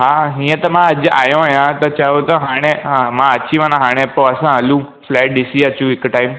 हा हीअं त मां अॼु आयो आहियां त चओ त हाणे मां अची वञा हाणे पोइ असां हलूं फ्लैट ॾिसी अचूं हिकु टाइम